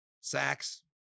Sacks